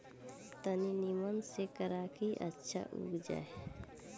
तनी निमन से करा की अच्छा से उग जाए